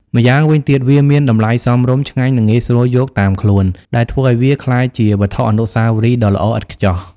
ម្យ៉ាងវិញទៀត វាមានតម្លៃសមរម្យ ឆ្ងាញ់ និងងាយស្រួលយកតាមខ្លួន ដែលធ្វើឱ្យវាក្លាយជាវត្ថុអនុស្សាវរីយ៍ដ៏ល្អឥតខ្ចោះ។